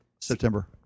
September